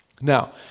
Now